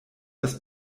das